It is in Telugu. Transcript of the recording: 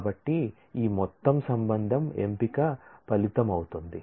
కాబట్టి ఈ మొత్తం రిలేషన్ ఎంపిక ఫలితం అవుతుంది